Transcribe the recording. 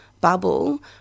bubble